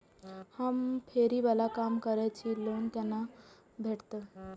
हम फैरी बाला काम करै छी लोन कैना भेटते?